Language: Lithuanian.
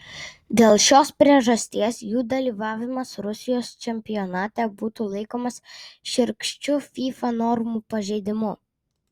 dėl šios priežasties jų dalyvavimas rusijos čempionate būtų laikomas šiurkščiu fifa normų pažeidimu